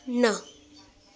न